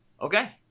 Okay